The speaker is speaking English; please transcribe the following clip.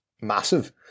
massive